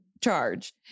charge